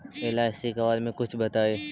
LIC के बारे मे कुछ बताई?